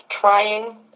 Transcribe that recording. trying